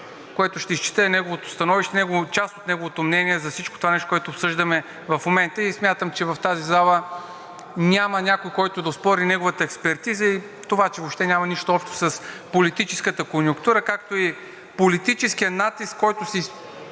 е неговото становище и част от неговото мнение за всичко това, което обсъждаме в момента, и смятам, че в тази зала няма някой, който да оспори неговата експертиза и това, че въобще няма нищо общо с политическата конюнктура, както и с политическия натиск, който се